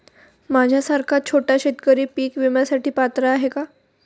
माझ्यासारखा छोटा शेतकरी पीक विम्यासाठी पात्र आहे का?